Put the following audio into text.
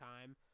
time